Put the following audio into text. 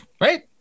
right